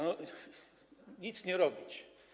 No nic nie robić.